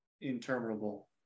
interminable